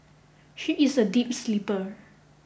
she is a deep sleeper